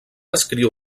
escriu